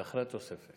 זה אחרי התוספת.